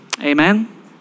Amen